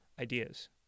ideas